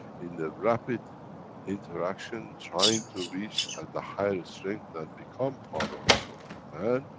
in the rapid interaction, trying to reach at the higher strength, that become part of the soul of the man,